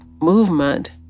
movement